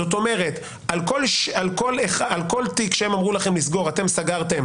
זאת אומרת שעל כל תיק שהם אמרו לכם לסגור אתם סגרתם